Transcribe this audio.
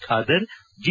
Khader G